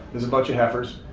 there's a bunch of heifers,